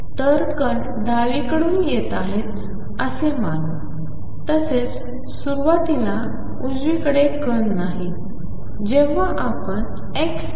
तर कण डावीकडून येत आहेत असे मानू तसेच सुरुवातीला उजवीकडे कण नाहीत